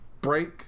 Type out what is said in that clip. break